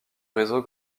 réseau